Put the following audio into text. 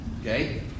okay